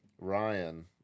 Ryan